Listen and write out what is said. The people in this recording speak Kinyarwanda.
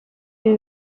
ibi